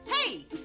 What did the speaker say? Hey